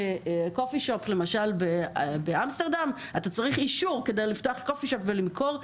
בקופישופ באמסטרדם אתה צריך אישור כדי לפתוח קופישופ ולמכור,